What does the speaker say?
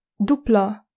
DUPLA